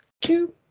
two